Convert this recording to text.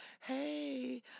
hey